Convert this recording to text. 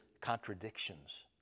contradictions